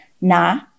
Na